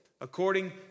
according